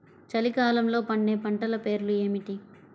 చలికాలంలో పండే పంటల పేర్లు ఏమిటీ?